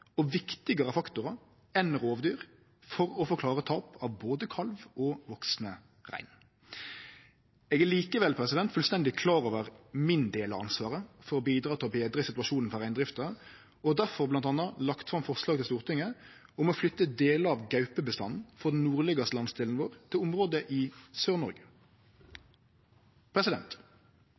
og viktigare faktorar enn rovdyr for å forklare tap av både kalv og vaksen rein. Eg er likevel fullstendig klar over min del av ansvaret for å bidra til å betre situasjonen for reindrifta og har difor bl.a. lagt fram forslag til Stortinget om å flytte delar av gaupebestanden frå den nordlegaste landsdelen vår til område i